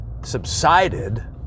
subsided